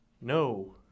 No